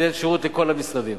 שתיתן שירות לכל המשרדים.